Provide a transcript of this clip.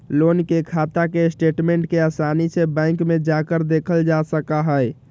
loan के खाता के स्टेटमेन्ट के आसानी से बैंक में जाकर देखल जा सका हई